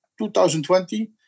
2020